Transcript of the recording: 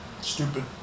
Stupid